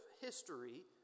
history